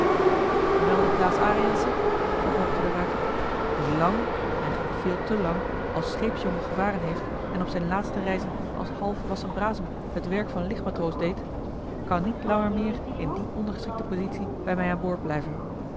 gemelde klaas ariensze vervolgde de ruijter die lang eigenlijk veel te lang als scheepsjongen gevaren heeft en op zijn laatste reizen als halfwassen brasem het werk van licht matroos deed kan niet langer meer in die ondergeschikte positie bij mij aan boord blijven